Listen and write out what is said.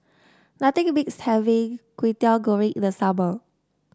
nothing beats having Kwetiau Goreng in the summer